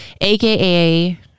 aka